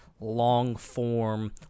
long-form